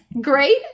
Great